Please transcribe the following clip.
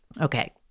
Okay